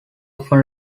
often